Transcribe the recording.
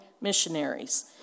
missionaries